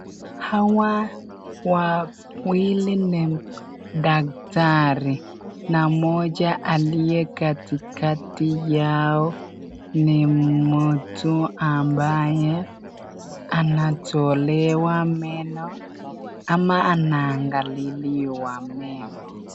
Hawa wawili ni daktari, na mmoja aliye katikati Yao ni mtu ambaye anatolewa meno au anaangakiliwa meno.